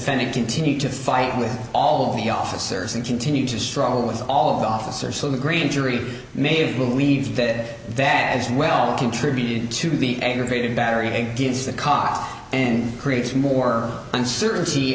defendant continued to fight with all of the officers and continue to struggle with all the officer so the grand jury may believe that that as well contributed to the aggravated battery against the coffee and creates more uncertainty